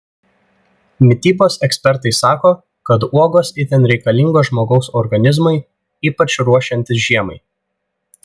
mitybos ekspertai sako kad uogos itin reikalingos žmogaus organizmui ypač ruošiantis žiemai